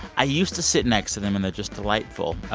i used to sit next to them, and they're just delightful.